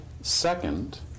second